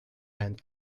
and